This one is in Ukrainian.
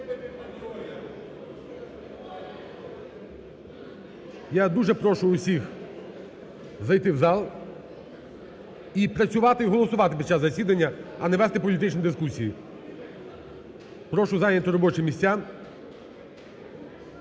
Я дуже прошу всіх зайти в зал і працювати, і голосувати під час засідання, а не вести політичні дискусії. Прошу зайняти робочі місця.